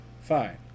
fine